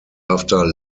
after